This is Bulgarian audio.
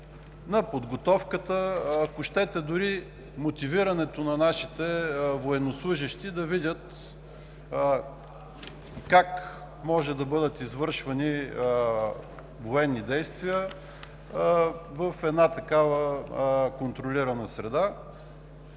на подготовката, дори мотивирането на нашите военнослужещи да видят как могат да бъдат извършвани военни действия в една такава контролирана среда.